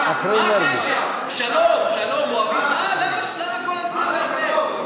בגלל זה אוהבים אותנו בעולם ובגלל זה יש לנו שלום.